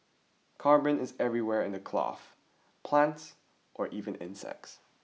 carbon is everywhere in the cloth plants or even insects